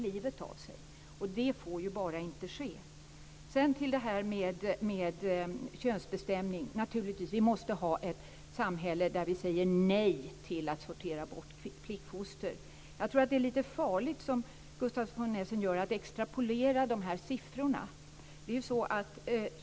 Sådant får bara inte ske. Vad gäller könsbestämning måste vi naturligtvis ha ett samhälle som säger nej till att sortera bort flickfoster. Jag tror att det är lite farligt att, som Gustav von Essen gör, extrapolera siffrorna.